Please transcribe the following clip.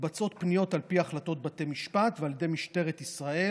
מתבצעות פניות על פי החלטות בתי משפט ועל ידי משטרת ישראל,